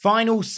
Final